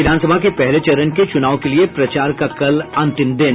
विधानसभा के पहले चरण के चुनाव के लिए प्रचार का कल अंतिम दिन